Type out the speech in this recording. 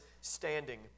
standing